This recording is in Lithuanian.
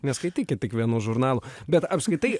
neskaitykit tik vienų žurnalų bet apskritai